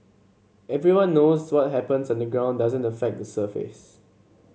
everyone knows what happens underground doesn't affect the surface